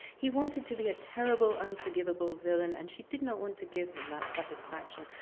he wanted to be a terrible, unforgivable villain and she did not want to give him that satisfaction.